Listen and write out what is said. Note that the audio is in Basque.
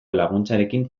laguntzarekin